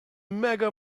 mega